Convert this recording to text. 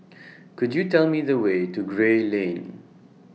Could YOU Tell Me The Way to Gray Lane